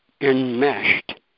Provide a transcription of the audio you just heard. enmeshed